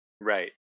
Right